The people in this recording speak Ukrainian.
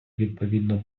відповідно